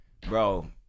bro